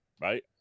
right